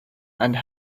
and